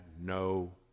no